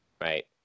right